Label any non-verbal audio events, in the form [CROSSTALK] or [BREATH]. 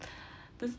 [BREATH] the